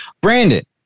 Brandon